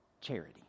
charity